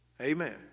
amen